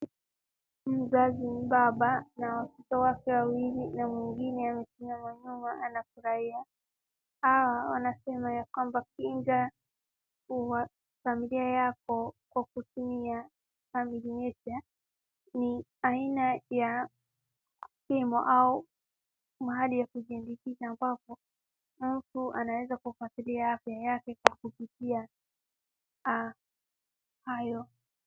Mzazi mbaba na watoto wake wawili na mwingine amesimama nyuma anafurahia. Hawa wanasema ya kwamba kinga familia yako kwa kutumia family nature . Ni aina ya bima au mahali ya kujihakikisha ambapo mtu anaweza kufuatilia afya yake kwa kupitia hayo.